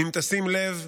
אם תשים לב,